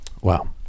Wow